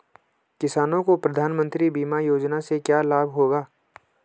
किसानों को प्रधानमंत्री बीमा योजना से क्या लाभ होगा?